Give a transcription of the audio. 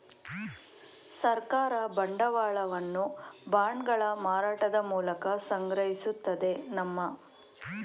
ಸರ್ಕಾರ ಬಂಡವಾಳವನ್ನು ಬಾಂಡ್ಗಳ ಮಾರಾಟದ ಮೂಲಕ ಸಂಗ್ರಹಿಸುತ್ತದೆ ನಮ್ಮ